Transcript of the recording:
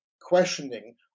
questioning